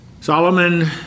Solomon